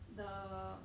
the